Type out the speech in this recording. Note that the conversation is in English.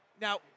Now